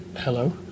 Hello